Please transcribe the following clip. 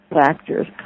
factors